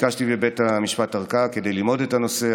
ביקשתי מבית המשפט ארכה כדי ללמוד את הנושא.